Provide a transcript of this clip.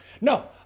No